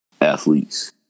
athletes